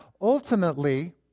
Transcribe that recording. Ultimately